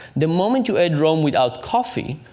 the moment you add rome without coffee,